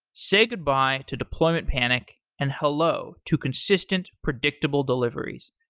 say goodbye to deployment panic and hello to consistent predictable deliveries.